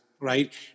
right